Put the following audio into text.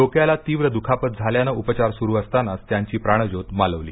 डोक्याला तीव्र दुखापत झाल्याने उपचार सुरू असतानाच त्यांची प्राणज्योत मालवली